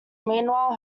meanwhile